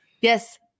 Yes